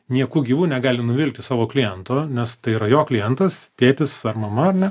nieku gyvu negali nuvilti savo kliento nes tai yra jo klientas tėtis ar mama ar ne